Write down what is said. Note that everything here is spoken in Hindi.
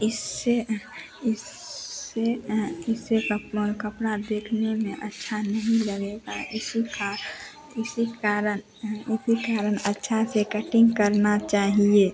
इससे इससे इससे कपमा कपड़ा देखने में अच्छा नहीं लगेगा इसी का इसी कारण हाँ इसी कारण अच्छे से कटिन्ग करनी चाहिए